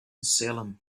salem